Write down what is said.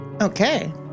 Okay